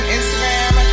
Instagram